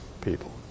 people